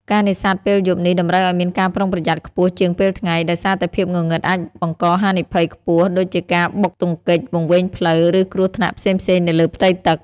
ការនេសាទពេលយប់នេះតម្រូវឲ្យមានការប្រុងប្រយ័ត្នខ្ពស់ជាងពេលថ្ងៃ ដោយសារតែភាពងងឹតអាចបង្កហានិភ័យខ្ពស់ដូចជាការបុកទង្គិច វង្វេងផ្លូវ ឬគ្រោះថ្នាក់ផ្សេងៗនៅលើផ្ទៃទឹក។